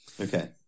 Okay